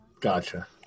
Gotcha